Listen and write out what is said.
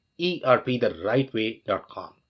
erptherightway.com